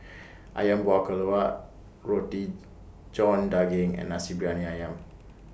Ayam Buah Keluak Roti John Daging and Nasi Briyani Ayam